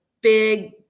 big